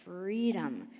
freedom